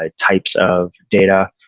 ah types of data,